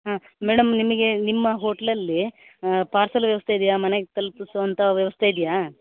ಹಾಂ ಮೇಡಮ್ ನಿಮಗೆ ನಿಮ್ಮ ಹೋಟ್ಲಲ್ಲಿ ಪಾರ್ಸೆಲ್ ವ್ಯವಸ್ಥೆ ಇದೆಯಾ ಮನೆಗೆ ತಲ್ಪಿಸೋವಂಥ ವ್ಯವಸ್ಥೆ ಇದೆಯಾ